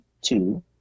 two